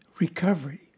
Recovery